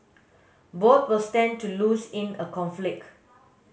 both will stand to lose in a conflict